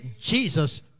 Jesus